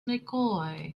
mccoy